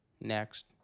next